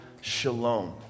shalom